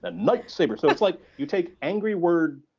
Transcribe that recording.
ah knight sabre. so it's like you take angry word,